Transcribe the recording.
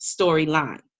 storyline